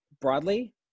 broadly